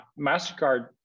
MasterCard